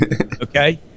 Okay